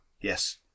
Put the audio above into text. Yes